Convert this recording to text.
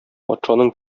патшаның